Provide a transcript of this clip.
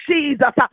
Jesus